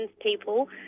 people